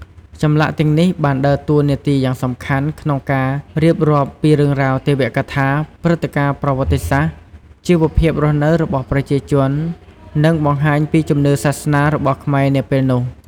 ចម្លាក់ទាំងនេះបានដើរតួនាទីយ៉ាងសំខាន់ក្នុងការរៀបរាប់ពីរឿងរ៉ាវទេវកថា ព្រឹត្តិការណ៍ប្រវត្តិសាស្ត្រ ជីវភាពរស់នៅរបស់ប្រជាជន និងបង្ហាញពីជំនឿសាសនារបស់ខ្មែរនាពេលនោះ។